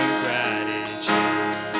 gratitude